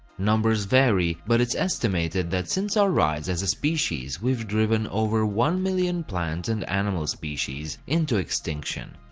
numbers vary, but it's estimated that since our rise as a species, we've driven over one million plant and animal species into extinction.